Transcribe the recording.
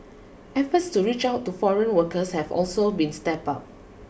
efforts to reach out to foreign workers have also been stepped up